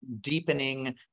deepening